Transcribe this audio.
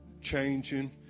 changing